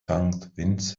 vincent